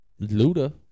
Luda